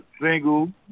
single